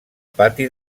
pati